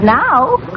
now